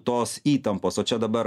tos įtampos o čia dabar